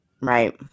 Right